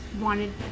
wanted